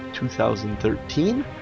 2013